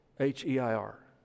H-E-I-R